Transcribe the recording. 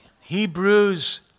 Hebrews